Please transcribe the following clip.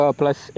plus